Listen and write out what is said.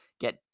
Get